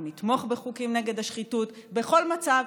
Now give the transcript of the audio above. אנחנו נתמוך בחוקים נגד השחיתות בכל מצב,